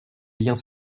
liens